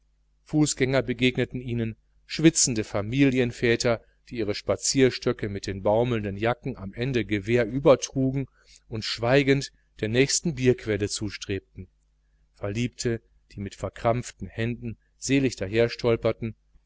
fußgänger begegneten ihnen schwitzende familienväter die ihre spazierstöcke mit den baumelnden jacken am ende gewehr über trugen und schweigend der nächsten bierquelle zustrebten verliebte die mit verkrampften händen selig